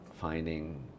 finding